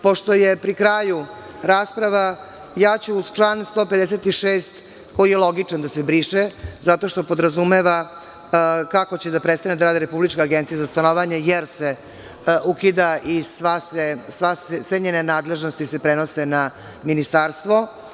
Pošto je pri kraju rasprava, ja ću uz član 156. koji je logičan da se briše, zato što podrazumeva kako će da prestane da radi Republička agencija za stanovanje, jer se ukida i sve njene nadležnosti se prenose na Ministarstvo.